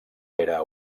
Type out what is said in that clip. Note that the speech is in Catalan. era